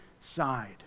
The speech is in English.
side